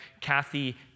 Kathy